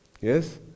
Yes